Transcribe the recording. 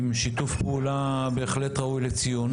עם שיתוף פעולה בהחלט ראוי לציון.